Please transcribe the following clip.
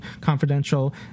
Confidential